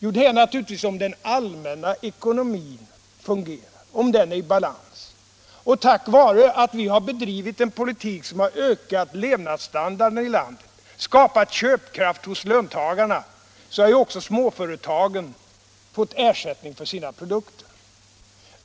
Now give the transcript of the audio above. Jo, det är naturligtvis om den allmänna ekonomin fungerar och är i balans. Tack vare att vi har bedrivit en politik som höjt levnadsstandarden i landet, skapat köpkraft hos löntagarna, har också småföretagen fått ersättning för sina produkter.